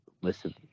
listen